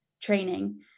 training